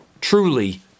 truly